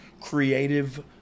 creative